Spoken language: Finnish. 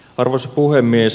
arvoisa puhemies